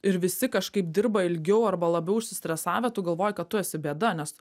ir visi kažkaip dirba ilgiau arba labiau užsistresavę ir tu galvoji kad tu esi bėda nes